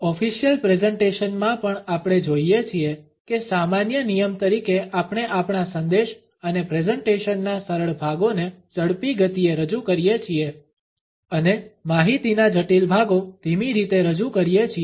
official presentation માં પણ આપણે જોઇએ છીએ કે સામાન્ય નિયમ તરીકે આપણે આપણા સંદેશ અને પ્રેઝેંટેશનના સરળ ભાગોને ઝડપી ગતિએ રજૂ કરીએ છીએ અને માહિતીના જટિલ ભાગો ધીમી રીતે રજૂ કરીએ છીએ